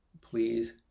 please